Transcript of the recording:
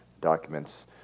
documents